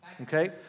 okay